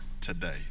today